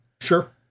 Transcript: Sure